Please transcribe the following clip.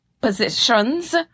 Positions